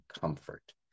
comfort